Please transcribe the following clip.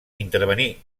intervenir